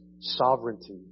sovereignty